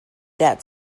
that